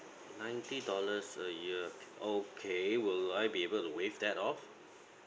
ninety dollars a year okay will I be able to waive that off